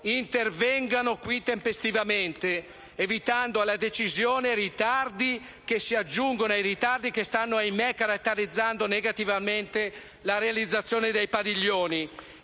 intervengano qui tempestivamente, evitando alla decisione ritardi che si aggiungono ai ritardi che stanno - ahimè - caratterizzando negativamente la realizzazione dei padiglioni.